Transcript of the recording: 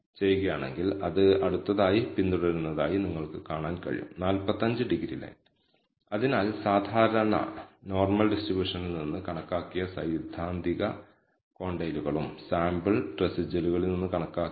ഇപ്പോൾ SST എല്ലായ്പ്പോഴും എസ്എസ്ഇയേക്കാൾ മികച്ചതായിരിക്കുമെന്ന് നമ്മൾക്ക് കാണിക്കാൻ കഴിയും കാരണം രണ്ട് പാരാമീറ്ററുകൾ ഫിറ്റ് ചെയ്താണ് എസ്എസ്ഇ നേടിയത് കാരണം നിങ്ങൾക്ക് എറർ കുറയ്ക്കാൻ കഴിയും ഒരുപക്ഷെ നാമമാത്രമായി പക്ഷേ നിങ്ങൾക്ക് എല്ലായ്പ്പോഴും എററുകൾ കുറയ്ക്കാൻ കഴിയും